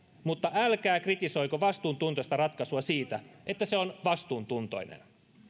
mutta älkää kritisoiko vastuuntuntoista ratkaisua siitä että se on vastuuntuntoinen